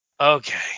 Okay